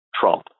Trump